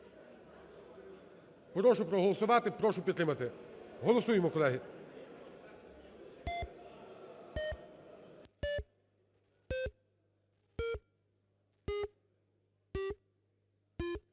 Прошу проголосувати, прошу підтримати. Голосуємо, колеги,